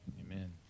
Amen